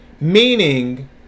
Meaning